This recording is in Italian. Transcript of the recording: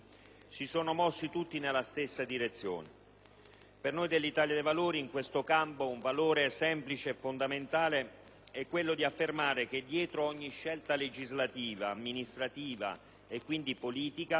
si sono mossi tutti nella stessa direzione. Per noi dell'Italia dei Valori in questo campo un valore semplice e fondamentale è quello di affermare che dietro ogni scelta legislativa, amministrativa, e quindi politica,